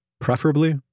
preferably